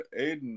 Aiden